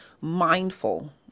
mindful